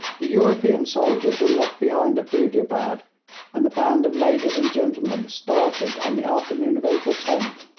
the european soldiers were left behind at budiabad, and the band of ladies and gentlemen started on the afternoon of april tenth,